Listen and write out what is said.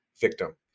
victim